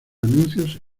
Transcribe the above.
anuncios